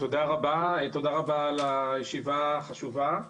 תודה רבה על הישיבה החשובה.